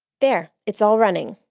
there, it's all running.